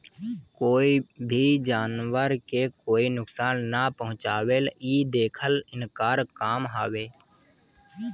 कोई भी जानवर के कोई नुकसान ना पहुँचावे इ देखल इनकर काम हवे